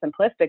simplistic